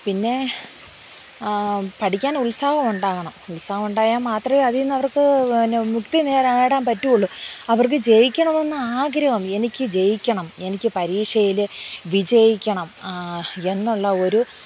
പിന്നെ പഠിക്കാൻ ഉത്സാഹം ഉണ്ടാകണം ഉത്സാഹം ഉണ്ടായാൻ മാത്രമേ അതിൽ നിന്നവർക്ക് മുക്തി നേടാൻ പറ്റള്ളു അവർക്ക് ജയിക്കണമെന്ന് ആഗ്രഹം എനിക്ക് ജയിക്കണം എനിക്ക് പരീക്ഷയിൽ വിജയിക്കണം എന്നുള്ള ഒരു